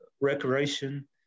recreation